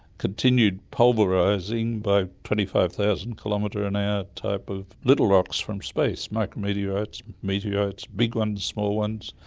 continued pulverising by twenty five thousand kilometre an hour type of little rocks from space, micrometeorites, meteorites, big ones, small ones,